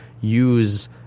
use